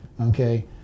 okay